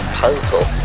puzzle